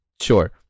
sure